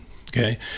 Okay